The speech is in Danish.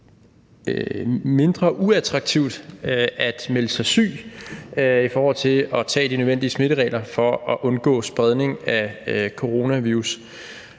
mindre uattraktivt at melde sig syg i forhold til at tage de nødvendige smitteforholdsregler for at undgå spredning af coronavirus.